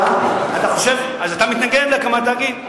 הגעתי למסקנה, אתה מתנגד להקמת תאגיד?